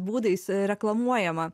būdais reklamuojama